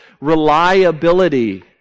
Reliability